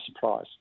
surprise